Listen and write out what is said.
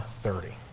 thirty